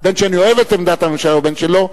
בין שאני אוהב את עמדת הממשלה ובין שלא,